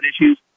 issues